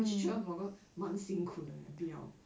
actually travel blogger 蛮辛苦的 eh 不要